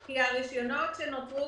כי הרישיונות שנותרו,